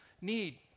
need